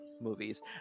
movies